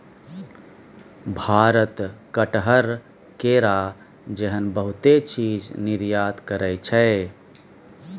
भारत कटहर, केरा जेहन बहुते चीज निर्यात करइ छै